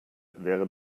wäre